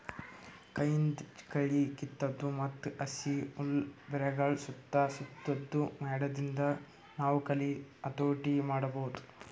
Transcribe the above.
ಕೈಯಿಂದ್ ಕಳಿ ಕಿತ್ತದು ಮತ್ತ್ ಹಸಿ ಹುಲ್ಲ್ ಬೆರಗಳ್ ಸುತ್ತಾ ಸುತ್ತದು ಮಾಡಾದ್ರಿಂದ ನಾವ್ ಕಳಿ ಹತೋಟಿ ಮಾಡಬಹುದ್